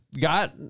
got